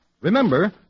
Remember